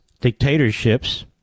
dictatorships